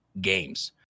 games